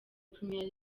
premier